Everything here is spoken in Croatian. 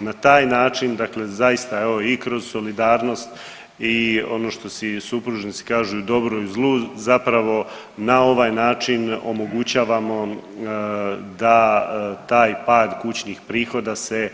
Na taj način dakle zaista evo i kroz solidarnost i ono što si i supružnici kažu i u dobru i u zlu zapravo na ovaj način omogućavamo da taj pad kućnih prihoda se